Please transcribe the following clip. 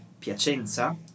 Piacenza